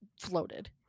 floated